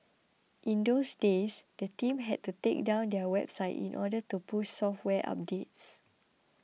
in those days the team had to take down their website in order to push software updates